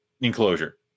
enclosure